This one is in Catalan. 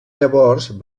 llavors